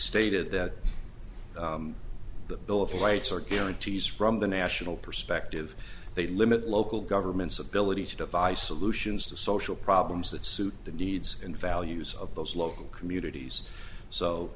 stated that the bill of rights or guarantees from the national perspective they limit local government's ability to devise solutions to social problems that suit the needs and values of those local communities so